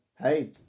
hey